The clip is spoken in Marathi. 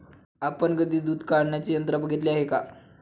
आपण कधी दूध काढण्याचे यंत्र बघितले आहे का?